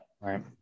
right